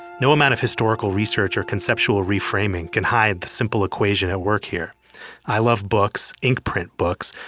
no amount of historical research or conceptual reframing can hide the simple equation at work here i love books, ink print books,